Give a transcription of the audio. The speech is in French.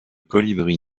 colibri